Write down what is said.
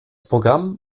programm